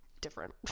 different